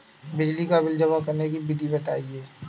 बिजली का बिल जमा करने की विधि बताइए?